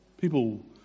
people